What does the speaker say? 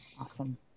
Awesome